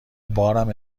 بارم